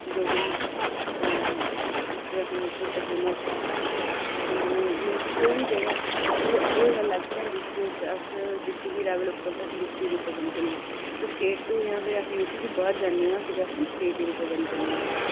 Dogri song अस आखने कुड्ड फेमस ऐ मतलब जम्मू कोई बी जगह् ऐ अस आखने ते एह् गल्ल आक्खी ना कि अस डिस्ट्रिक गी रीप्रजेंट करने ते स्टेट तों जां यूटी दे बाह्र जन्ने आं ते अस स्टेट गी रीप्रजेंट करने आं